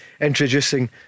introducing